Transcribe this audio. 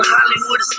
Hollywood